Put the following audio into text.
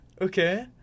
Okay